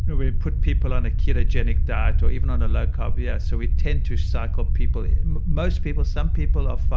and we put people on a ketogenic diet or even on a low-carb. yeah so we tend to cycle people most people, some people are fine,